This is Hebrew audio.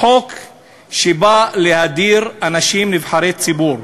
חוק שבא להדיר אנשים נבחרי ציבור.